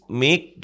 make